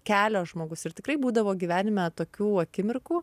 kelio žmogus ir tikrai būdavo gyvenime tokių akimirkų